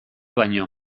baino